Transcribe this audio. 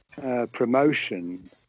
promotion